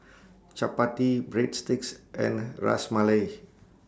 Chapati Breadsticks and Ras Malai